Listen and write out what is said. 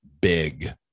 big